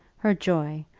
her joy,